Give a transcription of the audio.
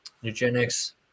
eugenics